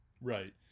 Right